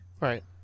Right